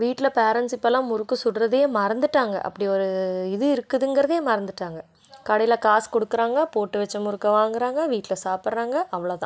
வீட்டில் பேரண்ட்ஸ் இப்போலாம் முறுக்கு சுடுறதையே மறந்துட்டாங்க அப்படி ஒரு இது இருக்குதுங்கிறதே மறந்துட்டாங்க கடையில் காசு கொடுக்குறாங்க போட்டு வச்ச முறுக்கை வாங்கிறாங்க வீட்டில் சாப்பிட்றாங்க அவ்வளோ தான்